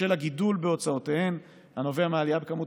בשל הגידול בהוצאותיהן הנובע מעלייה בכמות